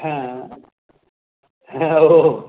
हां हो